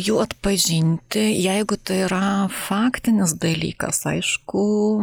jų atpažinti jeigu tai yra faktinis dalykas aišku